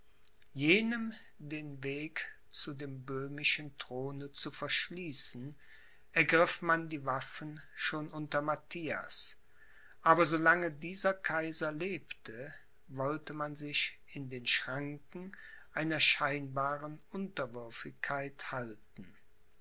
jenem den weg zu dem böhmischen throne zu verschließen ergriff man die waffen schon unter matthias aber so lange dieser kaiser lebte wollte man sich in den schranken einer scheinbaren unterwürfigkeit halten